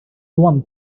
one